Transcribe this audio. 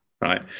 right